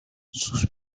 sus